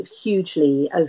hugely